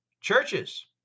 churches